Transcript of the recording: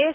S